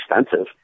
expensive